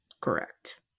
Correct